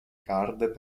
card